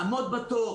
לעמוד בתור.